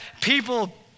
people